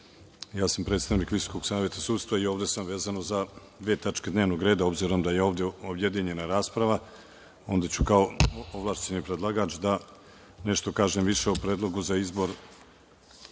ja sam predstavnik Visokog saveta sudstva, i ovde sam vezano za dve tačke dnevnog reda, obzirom da je ovde objedinjena rasprava, onda ću kao ovlašćeni predlagač da nešto kažem više o predlogu za izbor